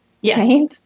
Yes